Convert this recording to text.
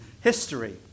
history